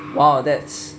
!wow! that's